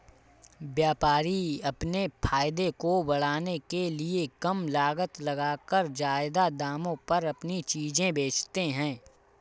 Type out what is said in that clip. व्यापारी अपने फायदे को बढ़ाने के लिए कम लागत लगाकर ज्यादा दामों पर अपनी चीजें बेचते है